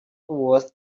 were